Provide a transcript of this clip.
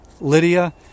Lydia